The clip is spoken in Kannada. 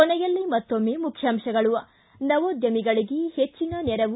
ಕೊನೆಯಲ್ಲಿ ಮತ್ತೊಮ್ಮೆ ಮುಖ್ಯಾಂಶಗಳು ಿಗ ನವೋದ್ಯಮಗಳಿಗೆ ಹೆಚ್ಚಿನ ನೆರವು